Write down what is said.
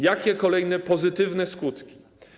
Jakie będą kolejne pozytywne skutki?